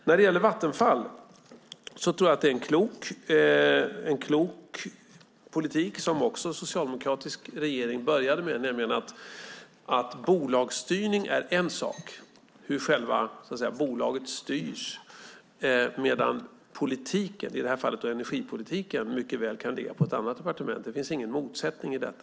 När det gäller Vattenfall tror jag att det är en klok politik som också en socialdemokratisk regering började med, nämligen att bolagsstyrning är en sak - hur själva bolaget styrs - medan politiken och i det här fallet energipolitiken mycket väl kan ligga på ett annat departement. Det finns ingen motsättning i detta.